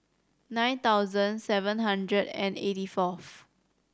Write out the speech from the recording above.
nine thousand seven hundred and eighty fourth